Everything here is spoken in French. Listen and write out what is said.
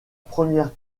première